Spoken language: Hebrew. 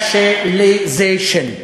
racialization.